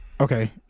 Okay